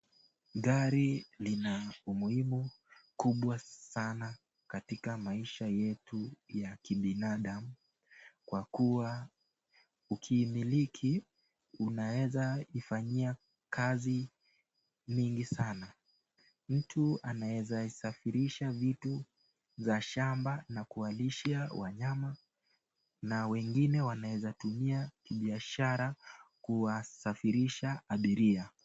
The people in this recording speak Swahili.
Gari lina umuhimu kubwa sana katika maisha yetu ya kibinadamu, kwa kuwa ukiimiliki unaweza ifanyia kazi nyingi sana. Mtu anaweza isafirisha vitu za shamba na kuwalisha wanyama na wengine wanaweza tumia kibiashara kuwasafirisha abiria.